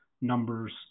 numbers